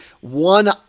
one